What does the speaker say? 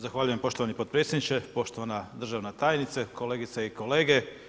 Zahvaljujem poštovani podpredsjedniče, poštovana državna tajnice, kolegice i kolege.